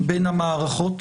בין המערכות